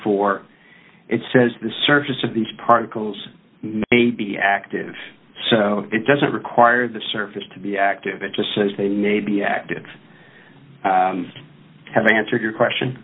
for it says the surface of these particles be active so it doesn't require the surface to be active it just says they may be active i have answered your question